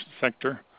sector